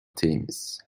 teams